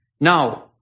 Now